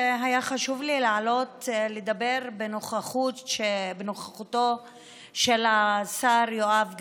היה לי חשוב לעלות לדבר בנוכחותו של השר יואב גלנט,